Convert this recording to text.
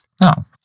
No